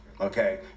okay